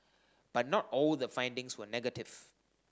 but not all the findings were negative